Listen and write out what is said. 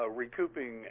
recouping